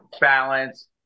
balance